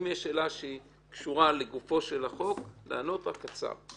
אם יש שאלה שהיא קשורה לגופו של החוק לענות לה קצר.